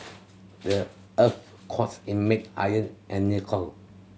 the earth's cores is made iron and nickel